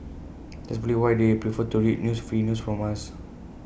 that's probably why they prefer to read news free news from us